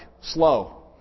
slow